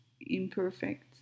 imperfect